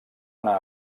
anar